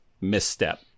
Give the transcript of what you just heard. misstep